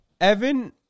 Evan